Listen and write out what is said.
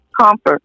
comfort